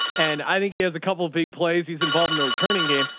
and i think he has a couple of big plays he's involved in the returning game,